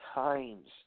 times